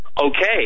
okay